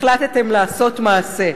החלטתם לעשות מעשה.